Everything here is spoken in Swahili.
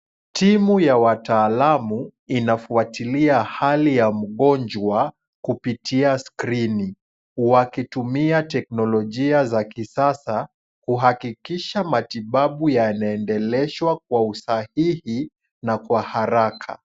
Timu ya wataalamu inafuatilia hali ya mgonjwa kupitia screen , wakitumia teknolojia za kisasa, kuhakikisha matibabu yanaendeleshwa kwa usahihi, na kwa haraka.